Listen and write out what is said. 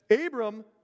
Abram